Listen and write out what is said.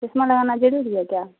چشمہ لگانا ضروری ہے کیا